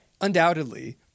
undoubtedly